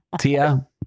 Tia